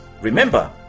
Remember